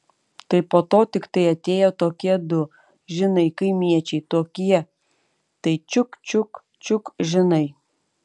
tai po to tiktai atėjo tokie du žinai kaimiečiai tokie tai čiuk čiuk čiuk žinai